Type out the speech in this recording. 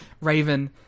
Raven